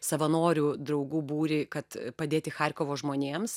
savanorių draugų būrį kad padėti charkovo žmonėms